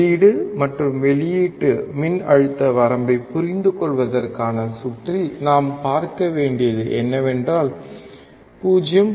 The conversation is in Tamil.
உள்ளீடு மற்றும் வெளியீட்டு மின் அழுத்த வரம்பைப் புரிந்துகொள்வதற்கான சுற்றில் நாம் பார்க்க வேண்டியது என்னவென்றால் 0